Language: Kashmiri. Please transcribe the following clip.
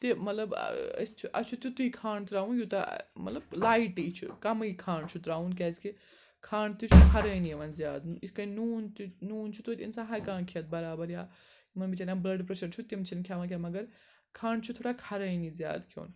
تہِ مطلب أسۍ چھِ اسہِ چھُ تیُوتے کھَنٛڈ ترٛاوُن یوٗتاہ ٲں مطلب لایٹٕے چھُ کَمٕے کھَنٛڈ چھُ ترٛاوُن کیٛازِکہِ کھنٛڈ تہِ چھُ کھَرٲنی ؤنۍ زیادٕ یِتھ کٔنۍ نوٗن تہِ نوٗن چھُ توتہِ اِنسان ہیٚکان کھیٚتھ بَرابَر یا یِمَن بِچٲریٚ بٕلَڈ پرٛیشَر چھُ تِم چھِنہٕ کھیٚوان کیٚنٛہہ مگر کھَنٛڈ چھُ تھوڑا کھَرٲنی زیادٕ کھیٚون